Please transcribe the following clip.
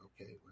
okay